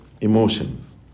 emotions